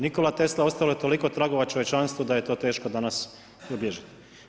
Nikola Tesla ostavio je toliko tragova čovječanstvu da je to teško danas zabilježiti.